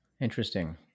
Interesting